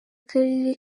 karere